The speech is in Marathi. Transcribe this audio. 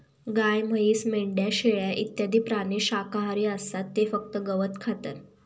गाय, म्हैस, मेंढ्या, शेळ्या इत्यादी प्राणी शाकाहारी असतात ते फक्त गवत खातात